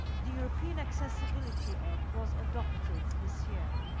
the european accessibility act was adopted this year.